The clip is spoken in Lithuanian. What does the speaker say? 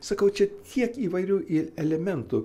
sakau čia tiek įvairių ir elementų